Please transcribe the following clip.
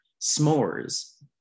s'mores